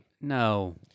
No